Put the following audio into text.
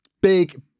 big